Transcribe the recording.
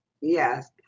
Yes